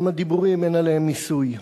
גם הדיבורים, אין עליהם מיסוי.